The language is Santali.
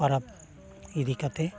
ᱯᱚᱨᱚᱵᱽ ᱤᱫᱤ ᱠᱟᱛᱮᱫ